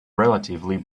relatively